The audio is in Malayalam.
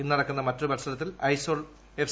ഇന്ന് നടക്കുന്ന മറ്റൊരു മൽസരത്തിൽ ഐസോൾ എഫ്